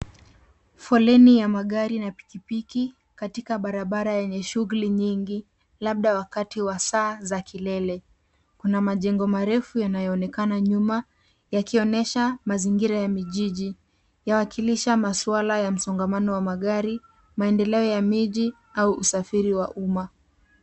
Foleni ya magari na pikipiki, katika barabara yenye shughuli nyingi labda wakati wa saa za kilele. Kuna majengo marefu yanayoonekana nyuma, yakionyesha mazingira ya mijiji. Yawakiliisha maswala ya msongamano wa magari, maendeleo ya miji au usafiri wa umma.